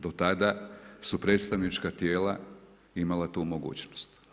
Do tada su predstavnička tijela imala tu mogućnost.